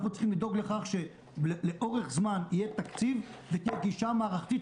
אנחנו צריכים לדאוג לכך שלאורך זמן יהיה תקציב ותהיה גישה מערכתית.